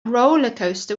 rollercoaster